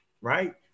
right